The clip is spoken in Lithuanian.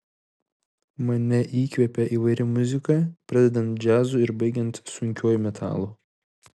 mane įkvepia įvairi muzika pradedant džiazu ir baigiant sunkiuoju metalu